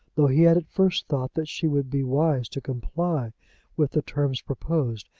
though he had at first thought that she would be wise to comply with the terms proposed,